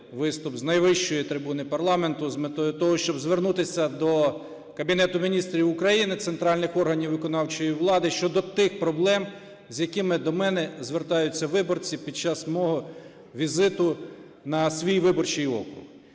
виступ з найвищої трибуни парламенту з метою того, щоб звернутися до Кабінету Міністрів України, центральних органів виконавчої влади щодо тих проблем, з якими до мене звертаються виборці під час мого візиту на свій виборчий округ.